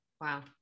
Wow